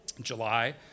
July